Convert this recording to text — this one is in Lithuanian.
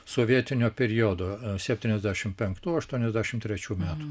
sovietinio periodo septyniasdešimt penktųaštuoniasdešimt trečių metų